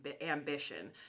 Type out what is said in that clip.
ambition